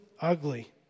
ugly